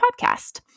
podcast